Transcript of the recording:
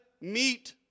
meet